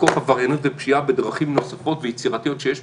לתקוף עבריינות ופשיעה בדרכים נוספות ויצירתיות שיש.